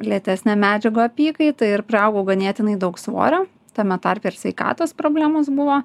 lėtesnė medžiagų apykaita ir priaugau ganėtinai daug svorio tame tarpe ir sveikatos problemos buvo